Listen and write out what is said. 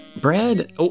Brad